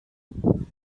основам